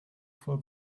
for